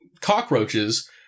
cockroaches